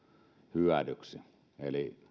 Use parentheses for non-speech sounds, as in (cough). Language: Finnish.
hyödyksi eli (unintelligible)